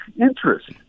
interest